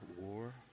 War